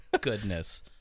goodness